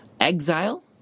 exile